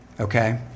Okay